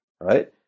right